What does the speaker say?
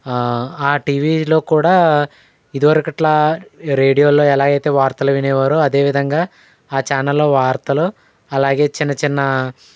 ఆ టీవీలో కూడా ఇదివరకట్లా రేడియోలో ఎలా అయితే వార్తలు వినేవారో అదే విధంగా ఆ ఛానల్లో వార్తలు అలాగే చిన్న చిన్న